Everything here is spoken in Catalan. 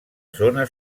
zona